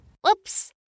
Whoops